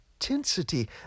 intensity